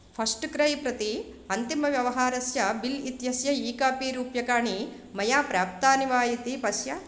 first cry प्रति अन्तिमव्यवहारस्य bill इत्यस्य ई कापि रूप्यकाणि मया प्राप्तानि वा इति पश्य